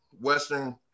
western